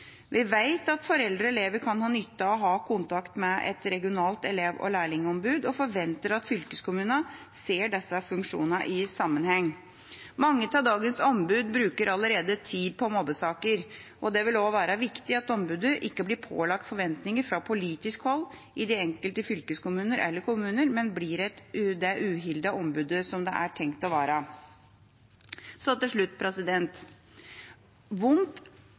Vi vet at foreldre og elever kan ha nytte av å ha kontakt med et regionalt elev- og lærlingombud, og forventer at fylkeskommunene ser disse funksjonene i sammenheng. Mange av dagens ombud bruker allerede tid på mobbesaker. Det vil også være viktig at ombudet ikke blir pålagt forventninger fra politisk hold i de enkelte fylkeskommuner eller kommuner, men blir det uhildede ombudet som det er tenkt å være. Helt til slutt: Vondt